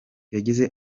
yagize